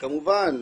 כמובן,